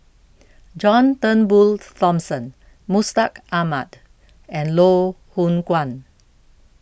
John Turnbull Thomson Mustaq Ahmad and Loh Hoong Kwan